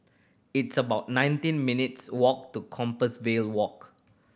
it's about nineteen minutes' walk to Compassvale Walk